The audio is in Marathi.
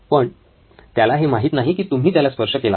पण त्याला हे माहित नाही की तुम्ही त्याला स्पर्श केला आहे